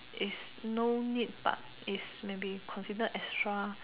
is no need but is may be considered extra